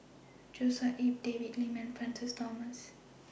Joshua Ip David Lim and Francis Thomas